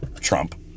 Trump